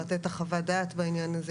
לתת את חוות הדעת בעניין הזה,